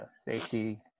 safety